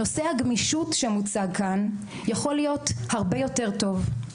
נושא הגמישות שמוצג כאן יכול להיות הרבה יותר טוב.